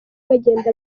bagenda